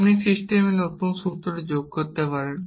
আপনি সিস্টেমে নতুন সূত্র যোগ করতে পারেন